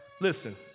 Listen